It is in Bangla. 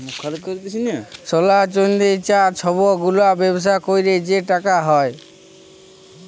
সলা, চাল্দি, চাঁ ছব গুলার ব্যবসা ক্যইরে যে টাকা হ্যয়